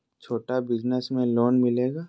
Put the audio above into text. छोटा बिजनस में लोन मिलेगा?